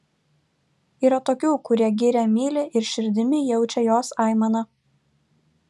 yra tokių kurie girią myli ir širdimi jaučia jos aimaną